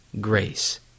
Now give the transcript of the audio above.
grace